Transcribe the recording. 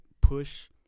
push